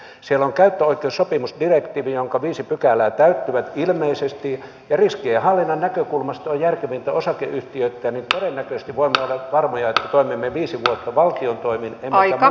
kun siellä on käyttöoikeussopimusdirektiivi jonka viisi pykälää täyttyvät ilmeisesti ja riskienhallinnan näkökulmasta on järkevintä osakeyhtiöittää niin todennäköisesti voimme olla varmoja että toimimme viisi vuotta valtion toimin emmekä muitten toimin